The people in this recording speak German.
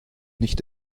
nicht